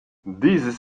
dieses